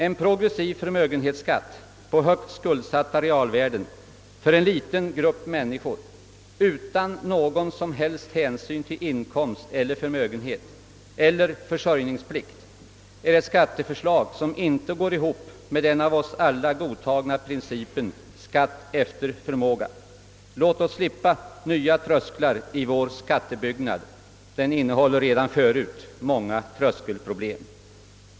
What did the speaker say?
En progressiv förmögenhetsskatt på högt skuldsatta realvärden för en liten grupp människor utan någon som helst hänsyn till inkomst, förmögenhet eller försörjningsplikt är ett skatteförslag som inte går ihop med den av oss alla godtagna principen om skatt efter förmåga. Låt oss slippa nya trösklar i vår skattebyggnad, som redan innehåller så många tröskelproblem.